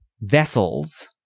vessels